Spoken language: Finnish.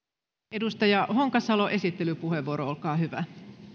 edustaja honkasalo esittelypuheenvuoro olkaa hyvä